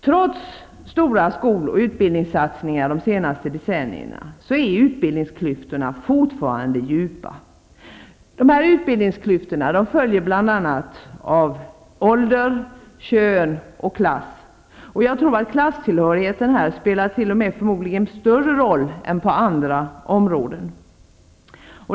Trots stora skol och utbildningssatsningar de senaste decennierna är utbildningsklyftorna fortfarande djupa. De följer bl.a. av ålder, kön och klass. Klasstillhörigheten spelar här t.o.m. förmodligen större roll än på andra områden.